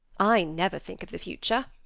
i never think of the future,